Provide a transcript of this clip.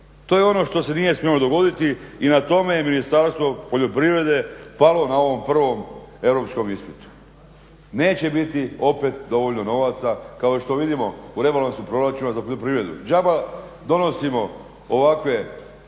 To je ono što se nije smjelo dogodili i na tome je Ministarstvo poljoprivrede palo na ovom prvom europskom ispitu. Neće biti opet dovoljno novaca, kao što vidimo u rebalansu proračuna za poljoprivredu. Đaba donosimo ovakve